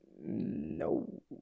No